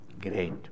great